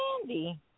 candy